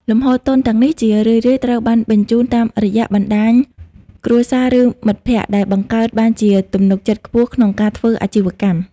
លំហូរទុនទាំងនេះជារឿយៗត្រូវបានបញ្ជូនតាមរយៈបណ្ដាញគ្រួសារ ឬមិត្តភក្ដិ ដែលបង្កើតបានជាទំនុកចិត្តខ្ពស់ក្នុងការធ្វើអាជីវកម្ម។